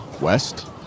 west